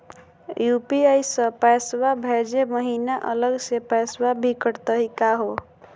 UPI स पैसवा भेजै महिना अलग स पैसवा भी कटतही का हो?